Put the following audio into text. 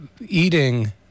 eating